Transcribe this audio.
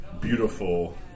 beautiful